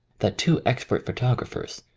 that two expert photographers,